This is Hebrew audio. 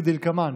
כדלקמן: